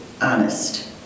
Honest